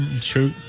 True